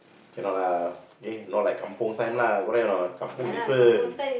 cannot lah K not like kampung time lah correct or not kampung different